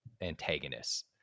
antagonists